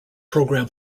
program